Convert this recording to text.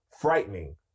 frightening